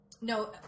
no